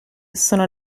sono